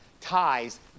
ties